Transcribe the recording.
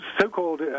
so-called